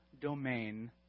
domain